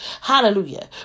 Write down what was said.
Hallelujah